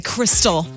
Crystal